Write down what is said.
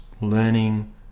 learning